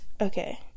Okay